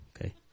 Okay